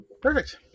Perfect